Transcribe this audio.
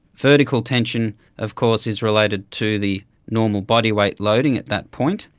vertical tension of course is related to the normal body weight loading at that point,